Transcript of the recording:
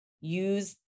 use